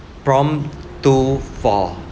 prompt two four